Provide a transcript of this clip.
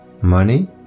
money